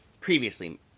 previously